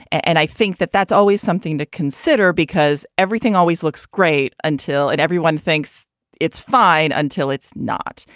and i think that that's always something to consider because everything always looks great until and everyone thinks it's fine until it's not.